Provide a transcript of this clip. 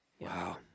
Wow